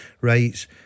rights